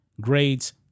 grades